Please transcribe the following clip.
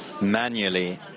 manually